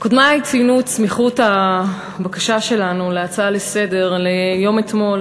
קודמי ציינו את סמיכות הבקשה שלנו להצעה לסדר-היום ליום אתמול,